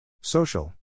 Social